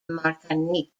martinique